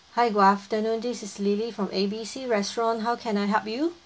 hi good afternoon this is lily from A B C restaurant how can I help you